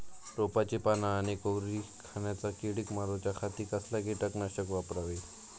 रोपाची पाना आनी कोवरी खाणाऱ्या किडीक मारूच्या खाती कसला किटकनाशक वापरावे?